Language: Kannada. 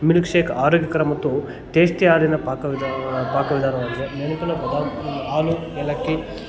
ಮಿಲ್ಕ್ ಶೇಕ್ ಆರೋಗ್ಯಕರ ಮತ್ತು ಟೇಸ್ಟಿ ಆದಿನ ಪಾಕ ವಿಧಾನ ಪಾಕ ವಿಧಾನವಾಗಿದೆ ಪದಾರ್ಥ ಹಾಲು ಏಲಕ್ಕಿ